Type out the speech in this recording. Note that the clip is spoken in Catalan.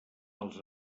als